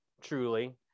Truly